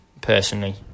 personally